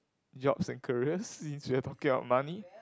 jobs and careers Shijie talking about money